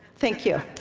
thank you.